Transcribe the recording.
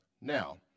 Now